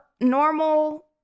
normal